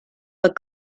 but